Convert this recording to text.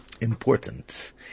Important